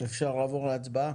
אפשר לעבור להצבעה?